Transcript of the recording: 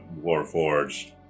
Warforged